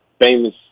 famous